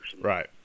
right